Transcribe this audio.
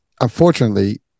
unfortunately